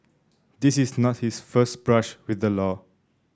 this is not his first brush with the law